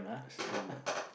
siam ah